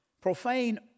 profane